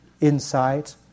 insight